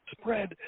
spread